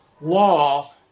law